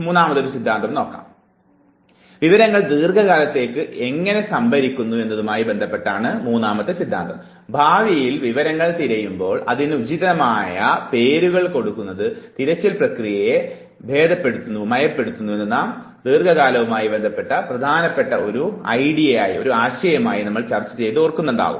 മൂന്നാമത്തെ സിദ്ധാന്തം എന്നത് വിവരങ്ങൾ ദീർഘകാലത്തേക്ക് എങ്ങനെ സംഭരിക്കുന്നു എന്നതുമായി ബന്ധപ്പെട്ടിരിക്കുന്നു ഭാവിയിൽ വിവരങ്ങൾ തിരയുമ്പോൾ അതിനുചിതമായ പേരുകൾ കൊടുക്കുന്നത് തിരച്ചിൽ പ്രക്രിയയെ മയപ്പെടുത്തുന്നു എന്നത് നാം ദീർഘകാലവുമായി ബന്ധപ്പെട്ട വളരെ പ്രധാനപ്പെട്ടതായ ഒരു തന്ത്രമായി ചർച്ചചെയ്തത് നിങ്ങൾ ഓർക്കുന്നുണ്ടല്ലോ